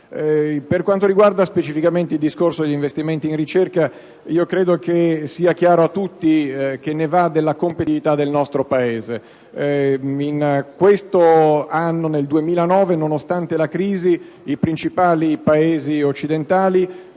Per quanto riguarda specificamente il discorso degli investimenti in ricerca, credo che sia chiaro a tutti che ne va della competitività del nostro Paese. Nel 2009, nonostante la crisi, i principali Paesi occidentali